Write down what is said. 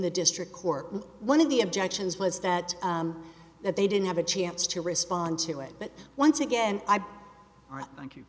the district court one of the objections was that that they didn't have a chance to respond to it but once again thank you